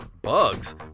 Bugs